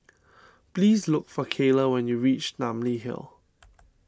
please look for Cayla when you reach Namly Hill